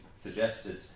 suggested